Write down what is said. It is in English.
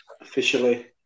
officially